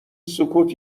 سکوت